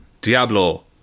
diablo